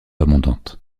abondante